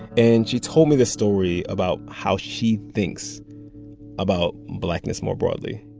and she told me this story about how she thinks about blackness more broadly